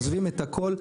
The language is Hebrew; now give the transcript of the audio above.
עוזבים את הכול.